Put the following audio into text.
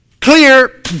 clear